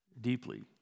deeply